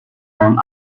known